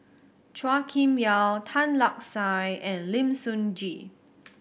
Chua Kim Yeow Tan Lark Sye and Lim Sun Gee